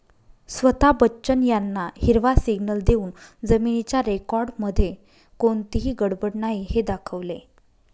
स्वता बच्चन यांना हिरवा सिग्नल देऊन जमिनीच्या रेकॉर्डमध्ये कोणतीही गडबड नाही हे दाखवले